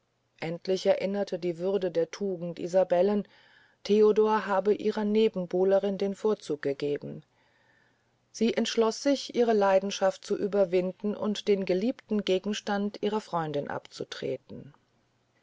endlich erinnerte die würde der tugend isabellen theodor habe ihrer nebenbuhlerin den vorzug gegeben sie entschloß sich ihre leidenschaft zu überwinden und den geliebten gegenstand ihrer freundin abzutreten